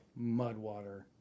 Mudwater